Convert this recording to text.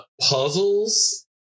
puzzles